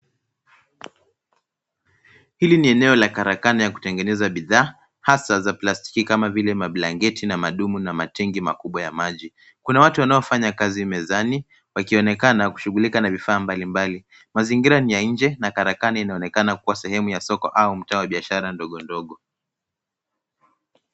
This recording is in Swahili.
Hili ni eneo la karakana ya kutengeneza bidhaa hasa za plastiki kama vile mablanketi na madumu na matengi makubwa ya maji. Kuna watu wanaofanya kazi mezani wakionekana kushughulika na vifaa mbalimbali. Mazingira ni ya nje na karakana inaonekana kuwa sehemu ya soko au mtaa wa biashara ndogo ndogo.